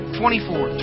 twenty-four